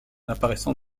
apparaissant